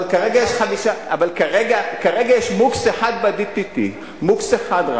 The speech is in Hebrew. אבל כרגע יש "בוקס" אחד ב-DTT, רק "בוקס" אחד.